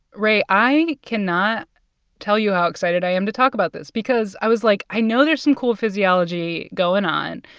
rae, i cannot tell you how excited i am to talk about this because i was like, i know there's some cool physiology going on.